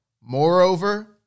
Moreover